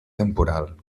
temporal